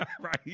right